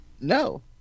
No